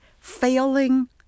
failing